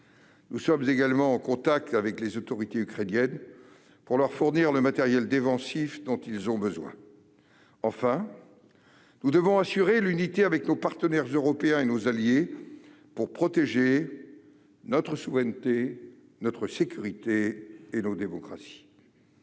Nous sommes également en contact avec les autorités ukrainiennes pour leur fournir le matériel défensif dont elles ont besoin. Enfin, nous devons assurer l'unité avec nos partenaires européens et nos alliés pour protéger notre souveraineté, notre sécurité et nos démocraties.